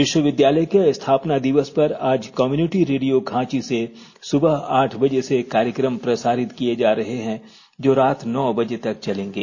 विश्वविद्यालय के स्थापना दिवस पर आज कम्युनिटी रेडियो खांची से सुबह आठ बजे से कार्यक्रम प्रसारित किये जा रहे हैं जो रात नौ बजे तक चलेंगे